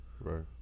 Right